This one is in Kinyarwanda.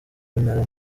w’intara